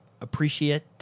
appreciate